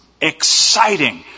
Exciting